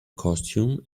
costume